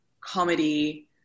comedy